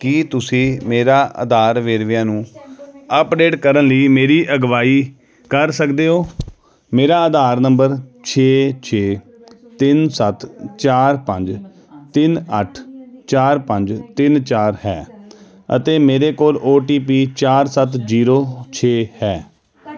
ਕੀ ਤੁਸੀਂ ਮੇਰਾ ਆਧਾਰ ਵੇਰਵਿਆਂ ਨੂੰ ਅੱਪਡੇਟ ਕਰਨ ਲਈ ਮੇਰੀ ਅਗਵਾਈ ਕਰ ਸਕਦੇ ਹੋ ਮੇਰਾ ਆਧਾਰ ਨੰਬਰ ਛੇ ਛੇ ਤਿੰਨ ਸੱਤ ਚਾਰ ਪੰਜ ਤਿੰਨ ਅੱਠ ਚਾਰ ਪੰਜ ਤਿੰਨ ਚਾਰ ਹੈ ਅਤੇ ਮੇਰੇ ਕੋਲ ਓ ਟੀ ਪੀ ਚਾਰ ਸੱਤ ਜੀਰੋ ਛੇ ਹੈ